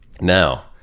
Now